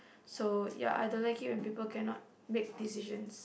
so ya I don't like it when people cannot make decisions